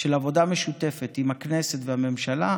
של עבודה משותפת עם הכנסת והממשלה,